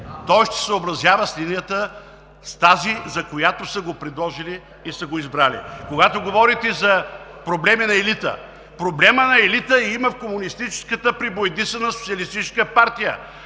с линията – с тази, за която са го предложили и са го избрали. Когато говорите за проблеми на елита. Проблемът на елита го има в комунистическата пребоядисана Социалистическа партия,